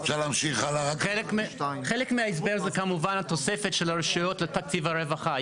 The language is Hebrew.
חלק מההסבר זה כמובן התוספת של הרשויות לתקציב הרווחה.